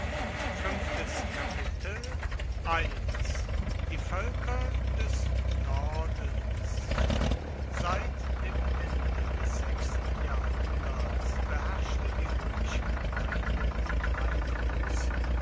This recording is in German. die völker des nordens seit dem ende des sechsten jahrhunderts beherrschte die römische gemeinde die drei großen